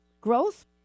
growth